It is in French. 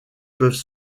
peuvent